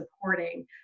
supporting